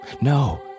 No